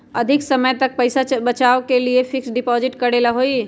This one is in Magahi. अधिक समय तक पईसा बचाव के लिए फिक्स डिपॉजिट करेला होयई?